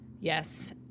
Yes